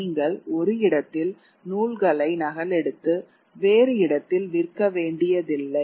நீங்கள் ஒரு இடத்தில் நூல்களை நகலெடுத்து வேறு இடத்தில் விற்க வேண்டியதில்லை